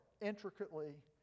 intricately